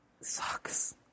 sucks